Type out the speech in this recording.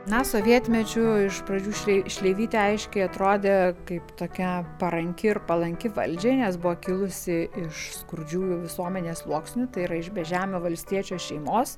na sovietmečiu iš pradžių šlei šleivytė aiškiai atrodė kaip tokia paranki ir palanki valdžiai nes buvo kilusi iš skurdžiųjų visuomenės sluoksnių tai yra iš bežemio valstiečio šeimos